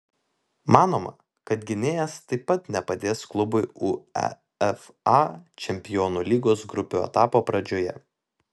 manoma kad gynėjas taip pat nepadės klubui uefa čempionų lygos grupių etapo pradžioje